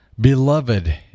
Beloved